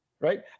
right